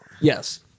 Yes